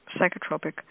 psychotropic